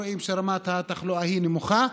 ואנחנו רואים שרמת התחלואה נמוכה.